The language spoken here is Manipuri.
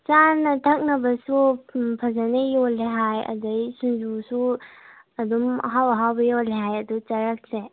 ꯆꯥꯅ ꯊꯛꯅꯕꯁꯨ ꯐꯖꯅ ꯌꯣꯜꯂꯦ ꯍꯥꯏ ꯑꯗꯒꯤ ꯁꯤꯡꯖꯨꯁꯨ ꯑꯗꯨꯝ ꯑꯍꯥꯎ ꯑꯍꯥꯎꯕ ꯌꯣꯜꯂꯦ ꯍꯥꯏ ꯑꯗꯨ ꯆꯥꯔꯛꯁꯦ